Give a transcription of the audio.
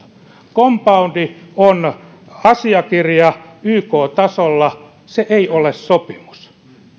kompaundi on asiakirja yk tasolla se ei ole sopimus